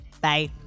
bye